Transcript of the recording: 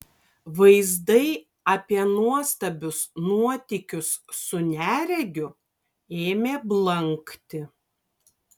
vaizdai apie nuostabius nuotykius su neregiu ėmė blankti